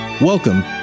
Welcome